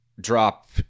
drop